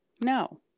No